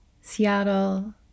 Seattle